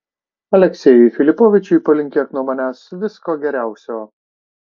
aleksejui filipovičiui palinkėk nuo manęs visko geriausio